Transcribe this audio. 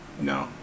No